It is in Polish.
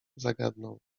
zagadnął